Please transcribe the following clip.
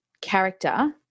character